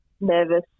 nervous